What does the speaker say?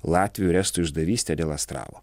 latvių ir estų išdavystė dėl astravo